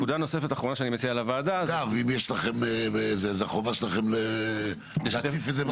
אגב, זה החובה שלכם להציף את זה.